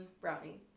Brownie